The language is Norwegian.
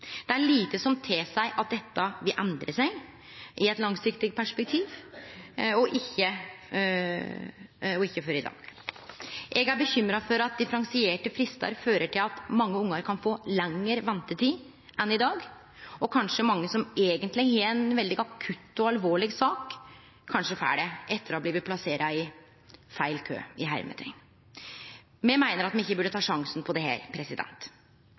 Det er lite som tilseier at dette vil endre seg i eit langsiktig perspektiv. Eg er bekymra for at differensierte fristar fører til at mange ungar kan få lengre ventetid enn i dag, og at mange som eigentleg har ei akutt og alvorleg sak, kanskje får det etter å ha blitt plasserte i «feil kø». Me meiner at me ikkje burde ta sjansen på